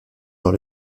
dans